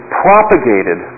propagated